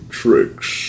tricks